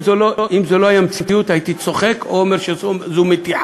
אם זאת לא הייתה המציאות הייתי צוחק או אומר שזאת מתיחה.